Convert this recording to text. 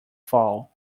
fall